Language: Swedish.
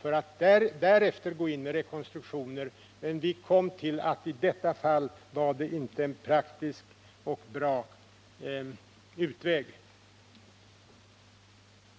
för att därefter gå in med rekonstruktioner. Men i detta fall kom vi fram till att det inte var en praktisk eller bra utväg.